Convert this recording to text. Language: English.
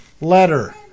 letter